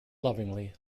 lovingly